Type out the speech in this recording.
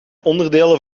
onderdelen